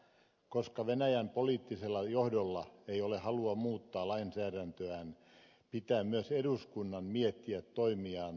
koska venäjän poliittisella johdolla ei ole halua muuttaa lainsäädäntöään pitää myös eduskunnan miettiä toimiaan vastavuoroisesti